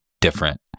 different